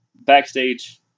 backstage